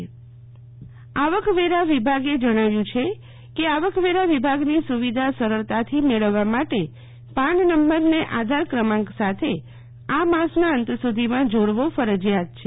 Sheetal Vaishnav PAN card Aadhaar card આવકવેરા વિભાગે જણાવ્યું છે કે આવકવેરા વિભાગની સુવિધા સરળતાથી મેળવવા માટે પાન નંબરને આધાર ક્રમાંક સાથે આ માસના અંત સુધીમાં જોડવો ફરજીયાત છે